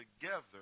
together